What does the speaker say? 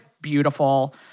beautiful